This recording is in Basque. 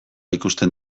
ikusten